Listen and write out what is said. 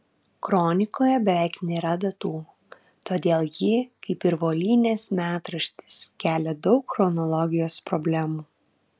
kronikoje beveik nėra datų todėl ji kaip ir volynės metraštis kelia daug chronologijos problemų